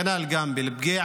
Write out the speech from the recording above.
כנ"ל גם באל-בוקיעה,